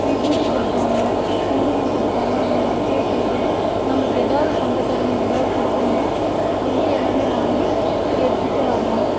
விபூதி கொடுப்பாங்க குங்குமம் கொடுப்பாங்க அங்கே மஞ்ச கயிறு நமக்கு எதாவது சொந்தக்காரங்களுக்கு எதாவது கொடுக்கணுன்னா அங்கேயே எல்லாமே வாங்கி எடுத்துகிட்டு வரலாம்